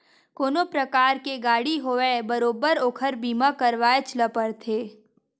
कोनो परकार के गाड़ी होवय बरोबर ओखर बीमा करवायच ल परथे